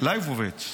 לייבוביץ'.